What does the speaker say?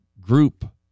group